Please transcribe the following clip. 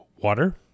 water